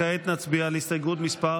כעת נצביע על הסתייגות מס'